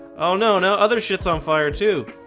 oh no, no other shits on fire, too